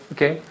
Okay